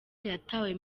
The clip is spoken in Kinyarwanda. yatawe